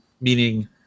meaning